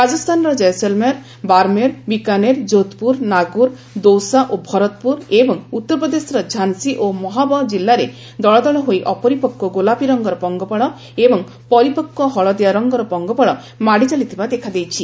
ରାଜସ୍ଥାନର ଜୟସଲମେର ବରମେର ବିକାନେର ଯୋଧପ୍ରର ନାଗ୍ରର ଦୌସା ଓ ଭରତପ୍ରର ଏବଂ ଉତ୍ତରପ୍ରଦେଶର ଝାନ୍ସୀ ଓ ମହୋବା ଜିଲ୍ଲାରେ ଦଳ ଦଳ ହୋଇ ଅପରିପକ୍ ଗୋଲାପୀ ରଙ୍ଗର ପଙ୍ଗପାଳ ଏବଂ ପରିପକ୍ ହଳଦିଆ ରଙ୍ଗର ପଙ୍ଗପାଳ ମାଡିଚାଲିଥିବା ଦେଖାଦେଇଛି